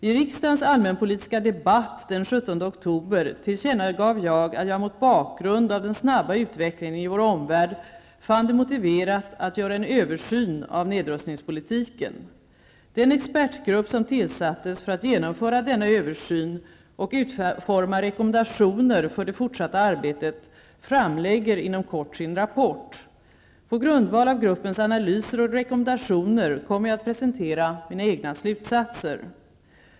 I riksdagens allmänpolitiska debatt den 17 oktober tillkännagav jag att jag mot bakgrund av den snabba utvecklingen i vår omvärld fann det motiverat att göra en översyn av nedrustningspolitiken. Den expertgrupp som tillsattes för att genomföra denna översyn och utforma rekommendationer för det fortsatta arbetet framlägger inom kort sin rapport. På grundval av gruppens analyser och rekommendationer kommer jag att presentera mina egna slutsatser.